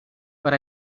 but